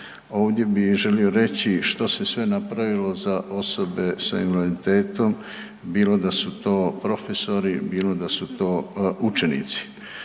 ovdje bih želio reći što se sve napravilo za osobe s invaliditetom, bilo da su to profesori, bilo da su to učenici.